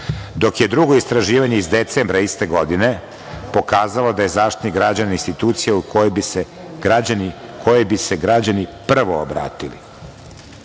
dok je drugo istraživanje iz decembra iste godine pokazalo da je Zaštitnik građana institucija u kojoj bi se građani prvo obratili.Zaštitnik